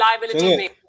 liability